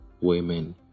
women